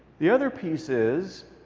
the other piece is,